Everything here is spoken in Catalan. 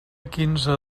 quinze